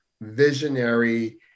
visionary